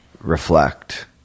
reflect